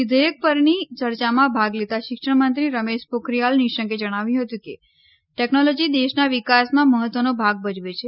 વિધેયક પરની યર્ચામાં ભાગ લેતાં શિક્ષણ મંત્રી રમેશ પોખરિયાલ નિશંકે જણાવ્યું હતું કે ટેકનોલોજી દેશના વિકાસમાં મહત્વનો ભાગ ભજવે છે